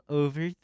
over